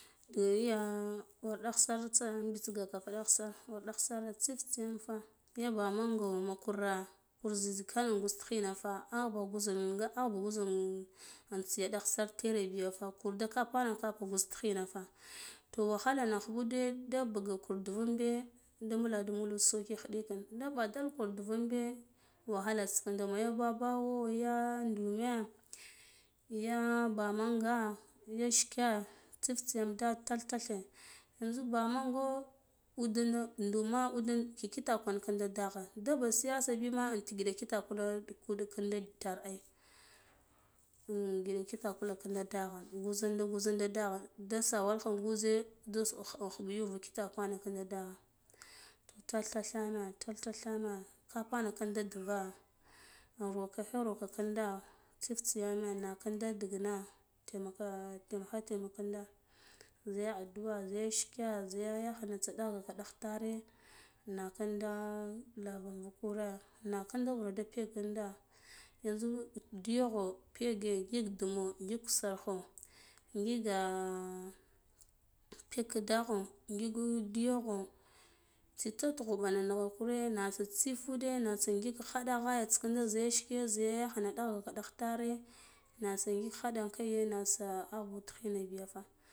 Duk iya war digh ar tsa bitsa gaka fa dagh war daghsir tsitsiya mfaya bamango na kura kur zih zikan tighina gwuzva ah bi gwuzu ah ba gwuza man tsiya ɗagh sar tere siya fe kur da ka kwanaka gwuza tighina ta toh wahalana khuɓude da buga kur duva imbe mbuladu soki khiɗik kine da bidalkune ndura inbe wahalata kindoma ya babawo ya idume ya bamanga ya shike tsi tsiyam tath tathe yanzu bamango udna ndume udna ki kitak kinda deghan daba siyasa bima intigiɗa kitakur dig ude kinda itar in giɗa kinde kitakul kinda darghan gwuz zai de gwuza daghen da sawalkha gwuze da khub khub yuwe kits kwan t tath tather thena ka pana kinde nduva in roheka role ka kinda tsit tsiyane naken da dighine temaka terekha tera ziya addu'a ziya shike ziya yahene tsa digh gaka tme makinde laran vik kure nnakinde wum da pegendo yanzu diyogho pege ngik ndumo ngik kusarkho ngiga ndu yogho tsitsa tughu ɓana kune nasa tsif udeh natsi ngik khaɗita kinde ziya shike ziya yakhena dagh gaka dagh tare natsa ngik hadin kaaye na sa ava ta khin bi fa.